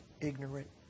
ignorant